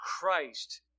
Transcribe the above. Christ